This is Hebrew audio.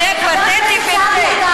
חבר הכנסת סעדי,